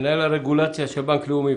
מנהל הרגולציה של בנק לאומי.